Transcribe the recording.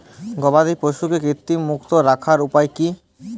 গবাদি পশুকে কৃমিমুক্ত রাখার উপায় কী?